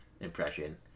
impression